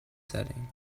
setting